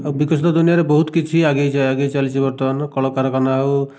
ଆଉ ବିକଶିତ ଦୁନିଆରେ ବହୁତ କିଛି ଆଗେଇ ଯାଏ ଆଗେଇ ଚାଲିଛି ବର୍ତ୍ତମାନ କଳକାରଖାନା ହେଉ